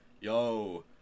yo